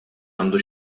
għandu